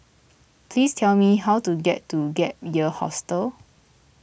please tell me how to get to Gap Year Hostel